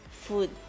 food